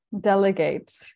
Delegate